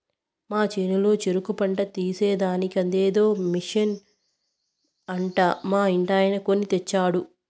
మా చేనులో చెరుకు పంట తీసేదానికి అదేదో మిషన్ అంట మా ఇంటాయన కొన్ని తెచ్చినాడు